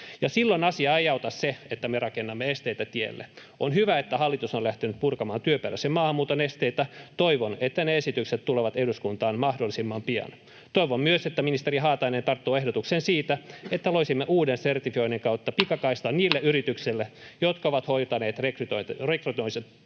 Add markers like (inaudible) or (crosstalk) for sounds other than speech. silloin asiaa ei auta se, että me rakennamme esteitä tielle. On hyvä, että hallitus on lähtenyt purkamaan työperäisen maahanmuuton esteitä. Toivon, että ne esitykset tulevat eduskuntaan mahdollisimman pian. Toivon myös, että ministeri Haatainen tarttuu ehdotukseen siitä, että loisimme uuden sertifioinnin kautta (noise) pikakaistan niille yrityksille, jotka ovat hoitaneet rekrytointinsa hyvin.